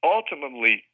Ultimately